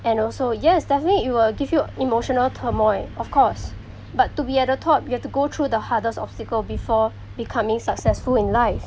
and also yes definitely it will give you emotional turmoil of course but to be at the top you have to go through the hardest obstacle before becoming successful in life